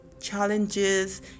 challenges